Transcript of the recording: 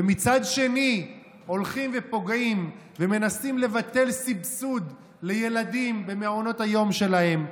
ומצד שני הולכים ופוגעים ומנסים לבטל סבסוד לילדים במעונות היום שלהם,